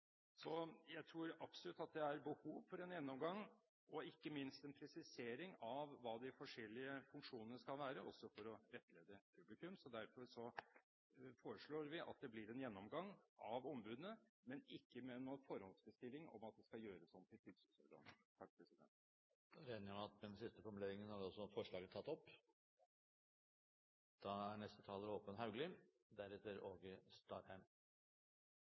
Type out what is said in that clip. Jeg tror absolutt at det er behov for en gjennomgang og ikke minst en presisering av hva de forskjellige funksjonene skal være, også for å rettlede publikum. Derfor foreslår vi at det blir en gjennomgang av ombudene, men ikke med noen forhåndsbestilling om at de skal gjøres om til tilsynsorganer. Er vi enige om at med den siste formuleringen er også forslaget tatt opp? Ja. Representanten Michael Tetzschner har tatt opp det forslaget han refererte til. Det er